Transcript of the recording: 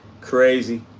Crazy